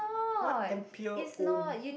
what ampere ohm